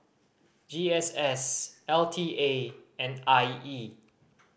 G S S L T A and I E